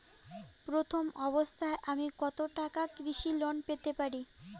প্রথম অবস্থায় আমি কত টাকা কৃষি লোন পেতে পারি?